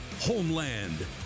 Homeland